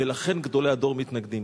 ולכן גדולי הדור מתנגדים.